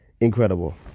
incredible